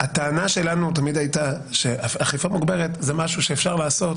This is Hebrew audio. הטענה שלנו תמיד הייתה שאכיפה מוגברת זה משהו שאפשר לעשות